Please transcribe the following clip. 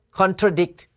contradict